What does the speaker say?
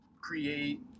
create